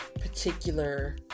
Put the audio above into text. particular